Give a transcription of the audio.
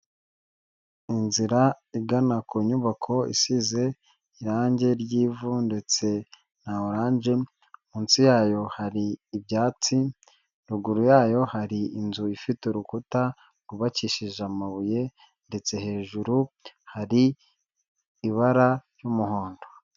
Inzira igana ku nyubako isize irangi ry'ivu ndetse na oranje munsi yayo hari ibyatsi ruguru yayo hari inzu ifite urukuta rwubakishije amabuye ndetse hejuru hari ibara ry'umuhondo.